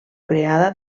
creada